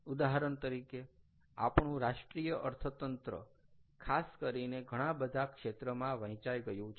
ઉદાહરણ તરીકે આપણું રાષ્ટ્રીય અર્થતંત્ર ખાસ કરીને ઘણાં બધાં ક્ષેત્રમાં વહેંચાય ગયું છે